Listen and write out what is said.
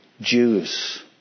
Jews